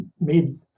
made